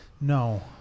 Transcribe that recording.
No